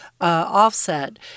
offset